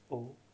oh